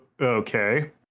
okay